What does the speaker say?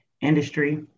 industry